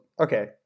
okay